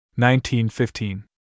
1915